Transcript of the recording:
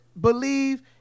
believe